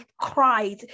cried